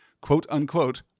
quote-unquote